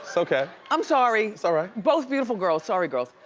so okay. i'm sorry. it's all right. both beautiful girls. sorry, girls.